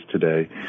today